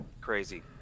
crazy